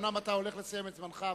אומנם אתה הולך לסיים את זמנך,